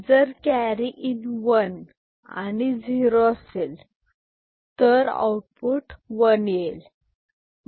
जर carry in one आणि zero असेल तर आउटपुट वन येईल